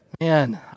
Man